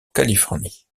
californie